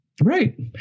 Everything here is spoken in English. Right